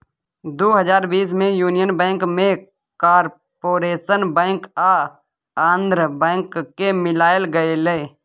दु हजार बीस मे युनियन बैंक मे कारपोरेशन बैंक आ आंध्रा बैंक केँ मिलाएल गेलै